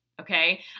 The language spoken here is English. Okay